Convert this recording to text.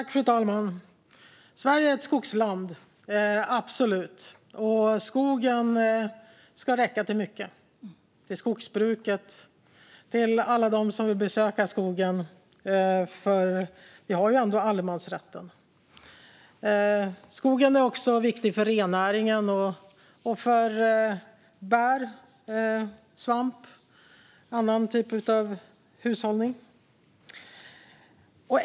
Fru talman! Sverige är ett skogsland, absolut. Skogen ska räcka till mycket - till skogsbruket och till alla som vill besöka skogen. Vi har ju ändå allemansrätten. Skogen är också viktig för rennäringen, för bär och svamp och för annan typ av hushållning.